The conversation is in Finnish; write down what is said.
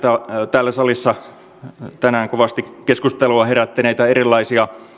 täällä salissa tänään kovasti keskustelua herättäneitä erilaisia